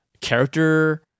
character